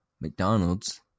McDonald's